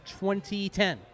2010